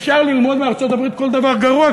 אפשר ללמוד מארצות-הברית כל דבר גרוע,